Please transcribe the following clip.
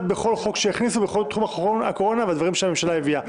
בכל חוק הכניסו בכל תחום הקורונה והדברים שהממשלה הביאה.